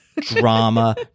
drama